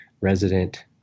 resident